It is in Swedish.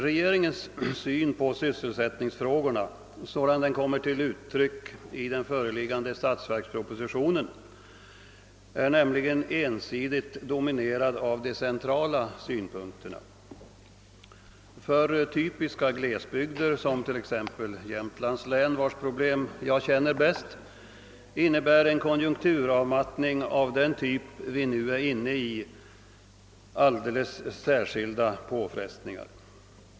Regeringens syn på sysselsättningsfrågorna sådan den kommit till uttryck i den föreliggande statsverkspropositionen är nämligen ensidigt dominerad av de centrala synpunkterna. För typiska glesbygder som t.ex. Jämtlands län, vars problem jag känner bäst, innebär en konjunkturavmattning av den typ vi nu är inne i alldeles särskilda påfrestningar.